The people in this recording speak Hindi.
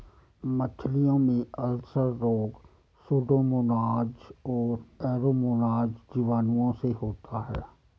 मछलियों में अल्सर रोग सुडोमोनाज और एरोमोनाज जीवाणुओं से होता है